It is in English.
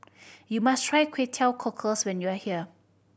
you must try Kway Teow Cockles when you are here